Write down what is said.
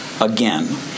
again